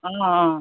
অঁ অঁ